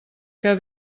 que